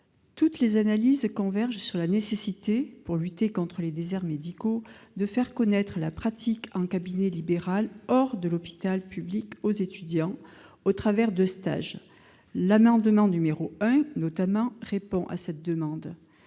Toutes les analyses convergent : il est nécessaire, pour lutter contre les déserts médicaux, de faire connaître la pratique en cabinet libéral hors de l'hôpital public aux étudiants au travers de stages. L'amendement n° 1 rectifié, notamment, tend à répondre à cette demande.